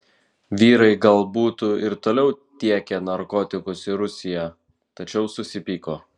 vyrai gal būtų ir toliau tiekę narkotikus į rusiją tačiau susipyko